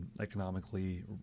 economically